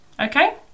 Okay